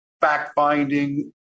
fact-finding